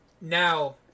now